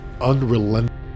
unrelenting